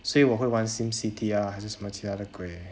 所以我会玩 sim city ah 还是什么其他的鬼